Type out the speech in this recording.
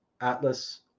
Atlas